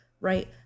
right